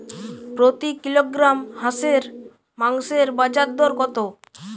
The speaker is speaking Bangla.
প্রতি কিলোগ্রাম হাঁসের মাংসের বাজার দর কত?